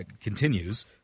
continues